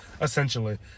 essentially